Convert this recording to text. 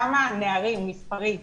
כמה נערים מספרית